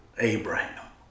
Abraham